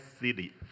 city